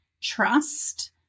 trust